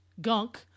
gunk